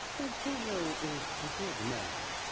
antonio is a good man.